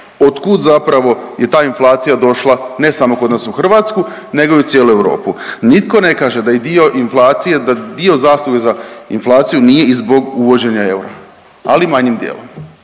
otkuda zapravo je ta inflacija došla ne samo kod nas u Hrvatsku nego i u cijelu Europu. Nitko ne kaže da je dio inflacije, da dio zasluge za inflaciju nije i zbog uvođenja eura, ali manjim dijelom,